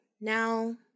Now